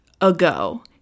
ago